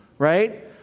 Right